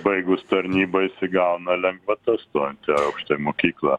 baigus tarnybą jisai gauna lengvatas stojant aukštąją mokyklą